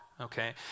okay